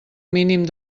mínim